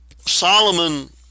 Solomon